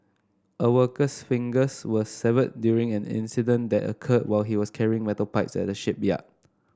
a worker's fingers were severed during an incident that occurred while he was carrying metal pipes at the shipyard